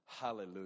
Hallelujah